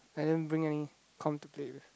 I didn't bring any com to play with